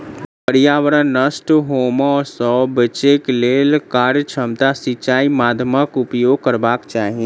पर्यावरण नष्ट होमअ सॅ बचैक लेल कार्यक्षमता सिचाई माध्यमक उपयोग करबाक चाही